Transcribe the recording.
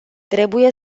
trebuie